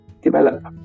develop